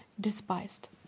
despised